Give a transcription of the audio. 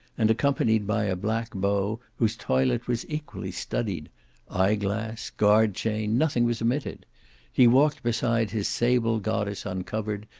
and accompanied by a black beau, whose toilet was equally studied eye-glass, guard-chain, nothing was omitted he walked beside his sable goddess uncovered,